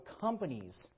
companies